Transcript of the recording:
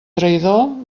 traïdor